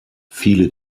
viele